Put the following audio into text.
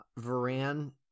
varan